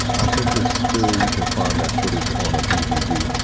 i think it's too you can find that footage on a dvd.